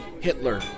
Hitler